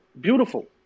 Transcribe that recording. Beautiful